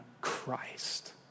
Christ